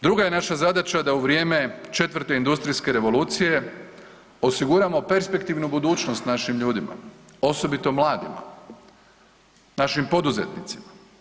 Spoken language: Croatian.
Druga je naša zadaća da u vrijeme 4. industrijske revolucije osiguramo perspektivnu budućnost našim ljudima, osobito mladima, našim poduzetnicima.